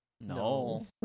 No